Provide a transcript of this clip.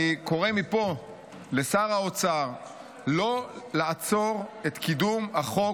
אני קורא מפה לשר האוצר לא לעצור את קידום החוק,